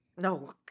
No